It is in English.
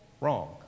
wrong